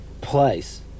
place